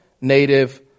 native